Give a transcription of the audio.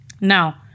now